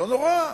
לא נורא,